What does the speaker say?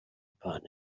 upon